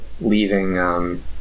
leaving